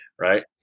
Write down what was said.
right